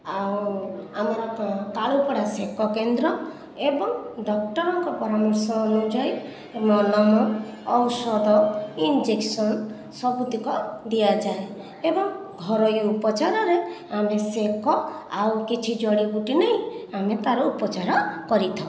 ଆଉ ଆମର କାଳୁପଡ଼ା ସେକ କେନ୍ଦ୍ର ଏବଂ ଡକ୍ଟର ଙ୍କ ପରାମର୍ଶ ଅନୁଯାୟୀ ମଲମ ଔଷଧ ଇଞ୍ଜେକ୍ସନ ସବୁତକ ଦିଆଯାଏ ଏବଂ ଘରୋଇ ଉପଚାରରେ ଆମେ ସେକ ଆଉ କିଛି ଜଡ଼ିବୁଟି ନେଇ ଆମେ ତାର ଉପଚାର କରିଥାଉ